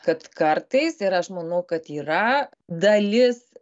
kad kartais ir aš manau kad yra dalis